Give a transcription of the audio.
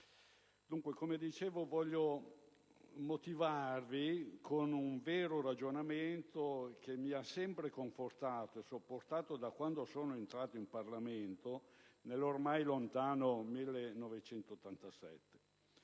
Dunque, come dicevo, voglio esporre un vero ragionamento, che mi ha sempre confortato e supportato da quando sono entrato in Parlamento nell'ormai lontano 1987.